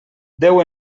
déu